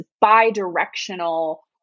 bi-directional